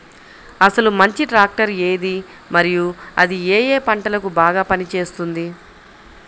అసలు మంచి ట్రాక్టర్ ఏది మరియు అది ఏ ఏ పంటలకు బాగా పని చేస్తుంది?